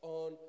on